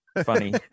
funny